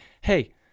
hey